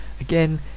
Again